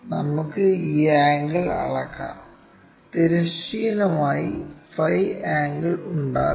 നമുക്ക് ഈ ആംഗിൾ അളക്കാം തിരശ്ചീനമായ് ഫൈ ആംഗിൾ ഉണ്ടാക്കുന്നു